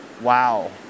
wow